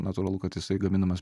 natūralu kad jisai gaminamas